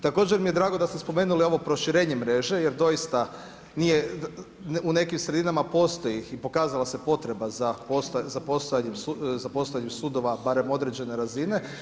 Također mi je drago da ste spomenuli ovo proširenje mreže, jer doista, u nekim sredinama postoji i pokazala se potreba za postojanje sudova barem određene razine.